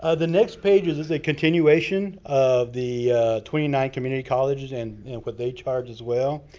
ah the next page is is a continuation of the twenty nine community colleges and what they charge, as well.